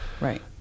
right